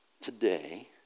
today